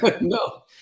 no